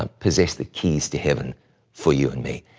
ah possess the keys to heaven for you and me.